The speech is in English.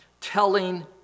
telling